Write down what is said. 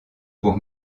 pour